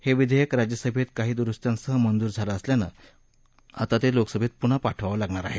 हे विघेयक राज्यसभेत काही दुरुस्त्यांसह मंजूर झालं असल्यानं आता ते लोकसभेत पुन्हा पाठवावं लागणार आहे